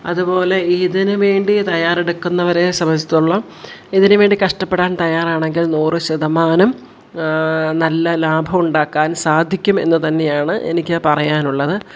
അതുപോലെ ഇതിനുവേണ്ടി തയ്യാറെടുക്കുന്നവരെ സംബന്ധിച്ചെടുത്തോളം ഇതിനുവേണ്ടി കഷ്ടപ്പെടാൻ തയ്യാറാണെങ്കിൽ നൂറു ശതമാനം നല്ല ലാഭമുണ്ടാക്കാൻ സാധിക്കും എന്നു തന്നെയാണ് എനിക്ക് പറയാനുള്ളത്